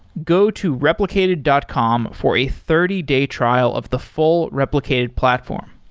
go to replicated dot com for a thirty day trial of the full replicated platform.